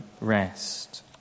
rest